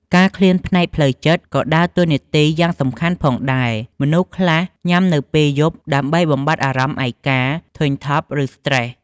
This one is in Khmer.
ការឃ្លានផ្នែកផ្លូវចិត្តក៏ដើរតួនាទីយ៉ាងសំខាន់ផងដែរ មនុស្សខ្លះញ៉ាំនៅពេលយប់ ដើម្បីបំបាត់អារម្មណ៍ឯកា ធុញថប់ ឬស្ត្រេស។